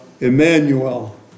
Emmanuel